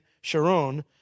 Sharon